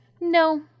no